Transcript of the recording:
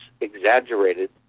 exaggerated